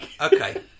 okay